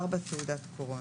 בא: "(4) תעודות קורנה,".